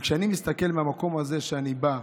כשאני מסתכל מהמקום הזה שאני בא,